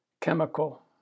chemical